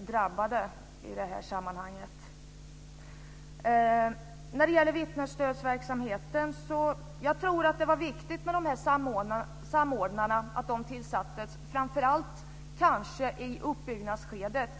drabbade som ska fylla den funktionen. När det gäller vittnesstödsverksamheten tror jag att det var viktigt att de här samordnarna tillsattes, framför allt kanske i uppbyggnadsskedet.